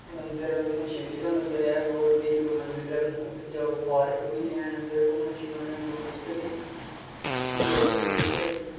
मंदर उत्थें शिवजी दा मंदर ऐ होर बी इक दो मंदर ऐ उद्धर जाओ पार्क बी हैन ते घुमन शुमन टुरिस्ट बी जाई सकदे उद्धर